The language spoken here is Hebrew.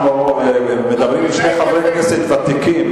אנחנו מדברים עם שני חברי כנסת ותיקים,